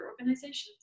organizations